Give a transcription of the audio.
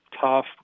tough